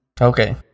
Okay